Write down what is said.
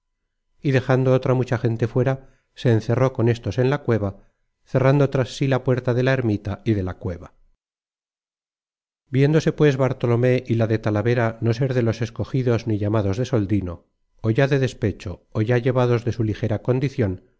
y dejando otra mucha gente fuera se encerró con éstos en la cueva cerrando tras sí la puerta de la ermita y de la cueva viéndose pues bartolomé y la de talavera no ser de los escogidos ni llamados de soldino ó ya de despecho ó ya llevados de su ligera condicion